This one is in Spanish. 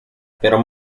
pero